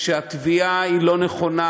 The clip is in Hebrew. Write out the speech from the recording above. שהתביעה היא לא נכונה,